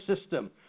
system